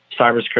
cybersecurity